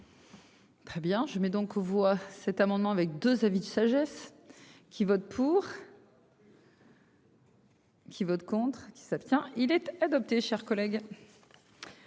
Très bien je mets donc aux voix cet amendement avec 2 avis de sagesse. Qui vote pour. Qui vote contre qui s'abstient il être adopté, chers collègues.